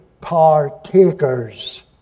partakers